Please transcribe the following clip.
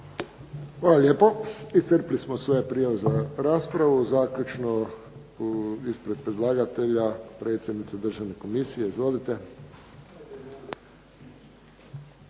Hvala lijepo. Iscrpili smo sve prijave za raspravu. Zaključno ispred predlagatelja predsjednica Državne komisije. Izvolite.